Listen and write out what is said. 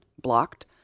blocked